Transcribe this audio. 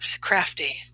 crafty